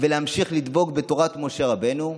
ולהמשיך לדבוק בתורת משה רבנו,